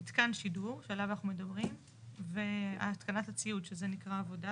המתקן שידור שעליו אנחנו מדברים והתקנת הציוד שזה נקרא עבודה,